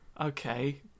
Okay